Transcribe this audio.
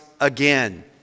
again